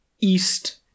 East